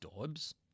Dobbs